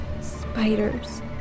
Spiders